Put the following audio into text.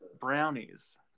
brownies